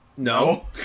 No